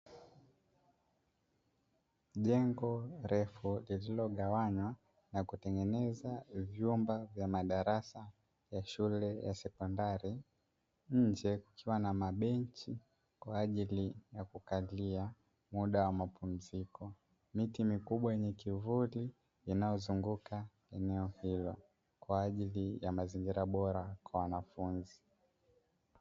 Jengo refu lililo gawanywa vyumba vya madarasa shule ya sekondari, nje kukiwa na mabenchi Kwa ajili ya kukaa baada ya mapumziko, miti kubwa yenye kivuli yanayozunguka eneo hilo kwa ajili ya mazingira bora kwa wanafunzi.